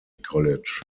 college